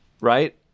right